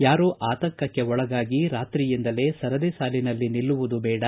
ಯಾರೂ ಆತಂಕಕ್ಕೆ ಒಳಗಾಗಿ ರಾತ್ರಿಯಿಂದಲೇ ಸರದಿ ಸಾಲಿನಲ್ಲಿ ನಿಲ್ಲುವುದು ದೇಡ